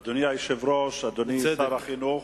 בצדק.